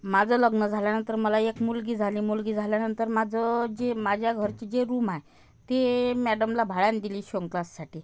माझं लग्न झाल्यानंतर मला एक मुलगी झाली मुलगी झाल्यानंतर माझं जे माझ्या घरची जे रूम आहे ते मॅडमला भाड्यानं दिली शिवणक्लाससाठी